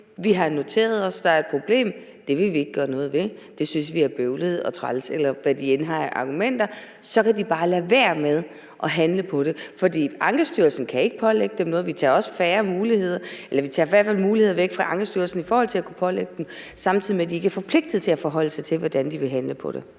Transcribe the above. de har noteret sig, at der er et problem, men det vil de ikke gøre noget ved; det synes de er bøvlet og træls, eller hvad de end har af argumenter? Så kan de bare lade være med at handle på det. For Ankestyrelsen kan ikke pålægge dem noget. Vi tager også muligheder væk fra Ankestyrelsen i forhold til at kunne pålægge kommunerne noget, samtidig med at de ikke er forpligtet til at forholde sig til, hvordan de vil handle på det.